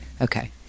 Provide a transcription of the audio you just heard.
Okay